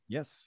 Yes